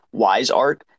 WiseArt